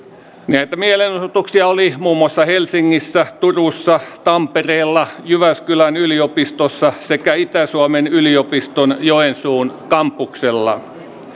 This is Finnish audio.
näitä mielenosoituksia oli muun muassa helsingissä turussa tampereella jyväskylän yliopistossa sekä itä suomen yliopiston joensuun kampuksella